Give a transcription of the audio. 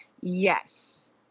yes